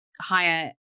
higher